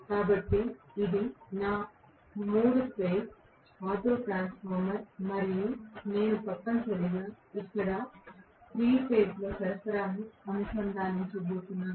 కాబట్టి ఇది నా 3 ఫేజ్ ఆటోట్రాన్స్ఫార్మర్ మరియు నేను తప్పనిసరిగా ఇక్కడ 3 ఫేజ్ ల సరఫరాను అనుసంధానించబోతున్నాను